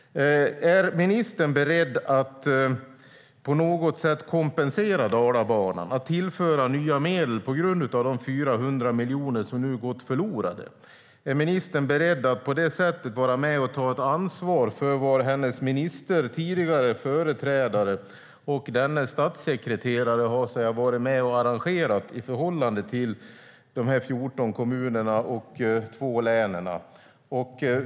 Är ministern beredd att på något sätt kompensera Dalabanan, att tillföra nya medel på grund av de 400 miljoner som nu gått förlorade? Är ministern beredd att på det sättet vara med och ta ett ansvar för vad hennes företrädare och dennes statssekreterare har varit med och arrangerat i förhållande till de här 14 kommunerna och de två länen?